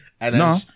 No